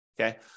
Okay